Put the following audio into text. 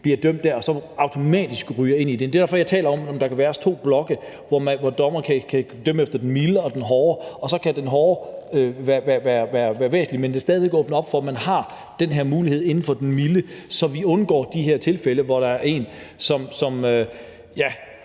bliver dømt dér, og så automatisk ryger ind i det. Det er derfor, jeg taler om, om der kan være to blokke, hvor dommeren kan dømme efter den milde og den hårde, og så kan den hårde være væsentlig, men at der stadig væk åbnes for, at man har den her mulighed inden for de milde, så vi undgår de her tilfælde, hvor der er en ekskone,